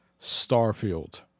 Starfield